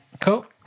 Cool